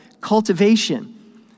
cultivation